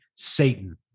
satan